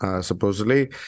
Supposedly